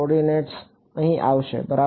coordinates અહીં આવશે બરાબર